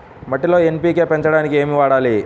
మట్టిలో ఎన్.పీ.కే పెంచడానికి ఏమి వాడాలి?